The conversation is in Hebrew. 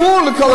תגידו אתם.